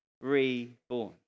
reborn